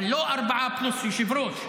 אבל לא לארבעה פלוס יושב-ראש,